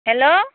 hello